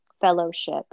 fellowship